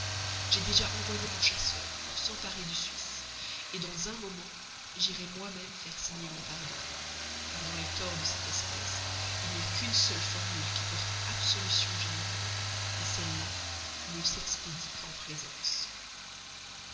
j'ai déjà envoyé mon chasseur pour s'emparer du suisse dans un moment j'irai moi-même faire signer mon pardon car dans les torts de cette espèce il n'y a qu'une seule formule qui porte absolution générale celle-là ne s'expédie qu'en présence